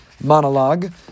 monologue